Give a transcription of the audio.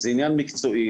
זה עניין מקצועי.